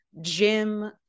Jim